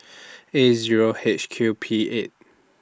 A Zero H Q P eight